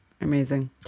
amazing